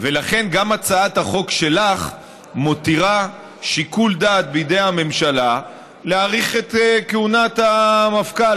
גם הצעת החוק שלך מותירה שיקול דעת בידי הממשלה להאריך את כהונת המפכ"ל.